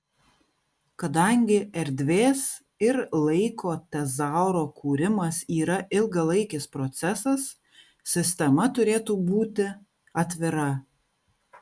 kadangi erdvės ir laiko tezauro kūrimas yra ilgalaikis procesas sistema turėtų būti atvira